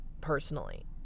personally